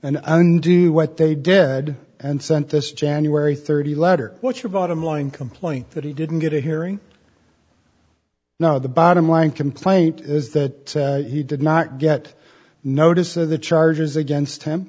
and undo what they did and sent this january thirty letter what's your bottom line complaint that he didn't get a hearing no the bottom line complaint is that he did not get notice of the charges against him